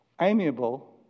amiable